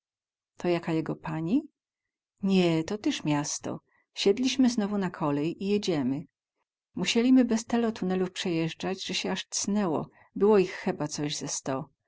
to jaka jego pani nie to tyz miasto siedliśmy znowu na kolej i jedziemy musielimy bez telo tunelów przejezdzać ze sie aż cnęło było ich cheba coś ze sto